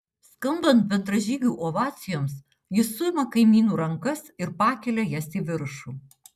skambant bendražygių ovacijoms jis suima kaimynų rankas ir pakelia jas į viršų